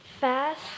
fast